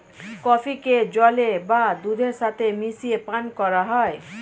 কফিকে জলের বা দুধের সাথে মিশিয়ে পান করা হয়